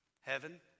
Heaven